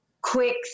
quick